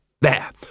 There